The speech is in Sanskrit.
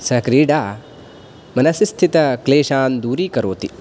स क्रीडा मनसिस्थितक्लेशान् दूरीकरोति